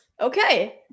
Okay